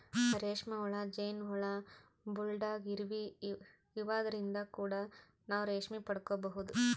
ರೇಶ್ಮಿ ಹುಳ, ಜೇನ್ ಹುಳ, ಬುಲ್ಡಾಗ್ ಇರುವಿ ಇವದ್ರಿನ್ದ್ ಕೂಡ ನಾವ್ ರೇಶ್ಮಿ ಪಡ್ಕೊಬಹುದ್